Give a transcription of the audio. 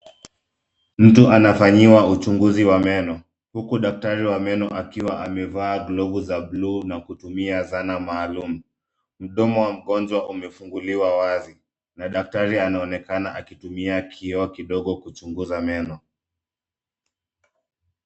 Mtu anafanyiwa uchunguzi wa meno huku daktari wa meno akiwa amevaa glovu za blue na kutumia zana maalumu. Mdomo wa mgonjwa umefunguliwa wazi na daktari anaonekana akitumia kioo kidogo kuchunguza meno.